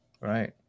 right